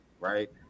Right